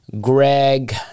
Greg